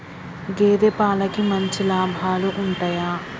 గేదే పాలకి మంచి లాభాలు ఉంటయా?